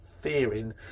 fearing